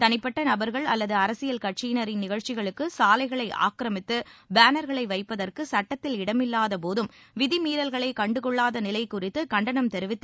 தனிபட்ட நபர்கள் அல்லது அரசியல் கட்சியினரின் நிகழ்ச்சிகளுக்கு சாலைகளை ஆக்கிரமித்து பேன்களை வைப்பதற்கு சுட்டத்தில் இடமில்லாத போதும் விதிமீறல்களை கண்டுகொள்ளாத நிலை குறித்து கண்டனம் தெரிவித்து